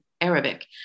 Arabic